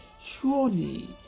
Surely